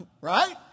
Right